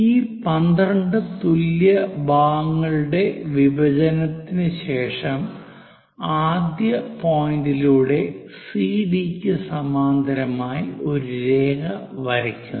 ഈ 12 തുല്യ ഭാഗങ്ങളുടെ വിഭജനത്തിനുശേഷം ആദ്യ പോയിന്റിലൂടെ സിഡി ക്ക് സമാന്തരമായി ഒരു രേഖ വരയ്ക്കുന്നു